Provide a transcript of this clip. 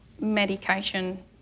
medication